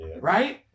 Right